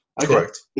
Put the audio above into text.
correct